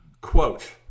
quote